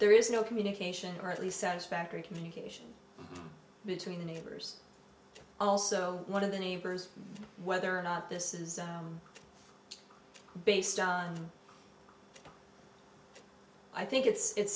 there is no communication or at least satisfactory communication between neighbors also one of the neighbors whether or not this is based on i think it's